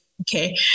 Okay